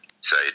say